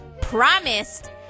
promised